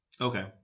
Okay